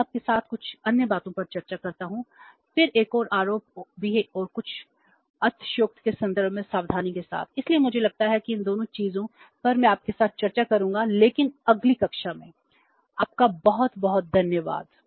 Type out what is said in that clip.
अब मैं आपके साथ कुछ अन्य बातों पर चर्चा करता हूं फिर एक और आरोप भी और कुछ अतिशयोक्ति के संदर्भ में सावधानी के साथ इसलिए मुझे लगता है कि इन दोनों चीजों पर मैं आपके साथ चर्चा करूंगा लेकिन अगली कक्षा में आपका बहुत बहुत धन्यवाद